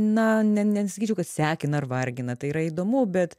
na ne nesakyčiau kad sekina ar vargina tai yra įdomu bet